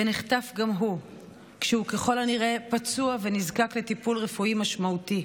ונחטף גם הוא כשהוא ככל הנראה פצוע ונזקק לטיפול רפואי משמעותי.